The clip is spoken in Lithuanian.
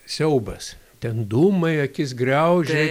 siaubas ten dūmai akis griaužia